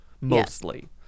Mostly